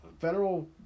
federal